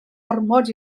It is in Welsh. ormod